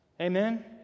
Amen